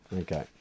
Okay